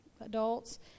adults